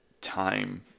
time